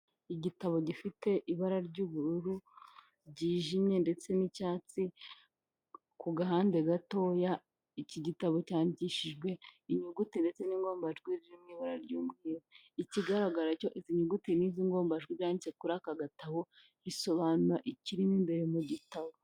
Igitabo gifite ibara ry'ubururu ryijimye ndetse n'icyatsi, ku gahande gatoya iki gitabo cyandikishijwe inyuguti ndetse n'ingombajwi ziri mu ibara ry'umweru, ikigaragara cyo izi nyuguti n'izi ngombajwi byanditse kuri aka gatabo bisobanura ikirimo imbere mu gitabo.